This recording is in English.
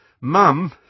Mum